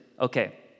Okay